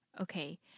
Okay